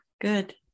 Good